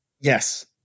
Yes